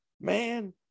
Man